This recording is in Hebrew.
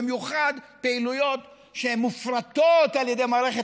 ובמיוחד פעילויות שהן מופרטות על ידי מערכת